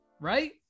Right